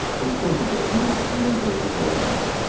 but of course it did. you don't you don't daydream the white knight.